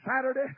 Saturday